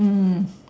mm